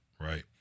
right